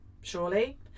surely